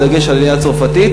בדגש על העלייה הצרפתית.